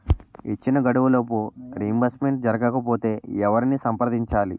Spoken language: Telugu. ఇచ్చిన గడువులోపు డిస్బర్స్మెంట్ జరగకపోతే ఎవరిని సంప్రదించాలి?